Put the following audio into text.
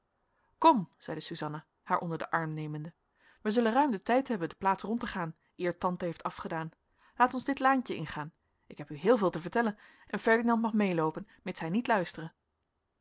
kom zeide suzanna haar onder den arm nemende wij zullen ruim den tijd hebben de plaats rond te gaan eer tante heeft afgedaan laat ons dit laantje ingaan ik heb u heel veel te vertellen en ferdinand mag meeloopen mits hij niet luistere